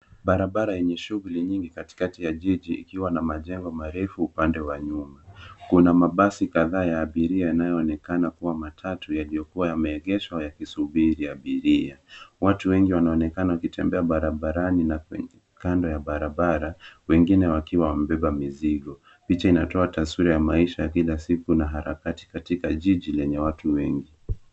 Barabara yenye shughuli nyingi katikati ya jiji ikiwa na majengo marefu upande wa nyuma. Kuna mabasi kadhaa ya abiria yanayoonekana kuwa matatu yaliyokuwa yameegeshwa yakisubiri abiria. Watu wengi wanaonekana wakitembea barabarani na kwenye kando ya barabara wengine wakiwa wamebeba mizigo. Picha inatoa taswira ya maisha kila siku na harakati katika jiji lenye watu wengi.